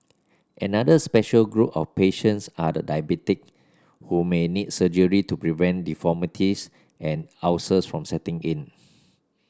another special group of patients are the diabetic who may need surgery to prevent deformities and ulcers from setting in